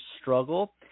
struggle